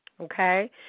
okay